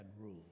rule